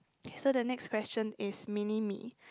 so the next question is mini me